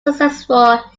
successful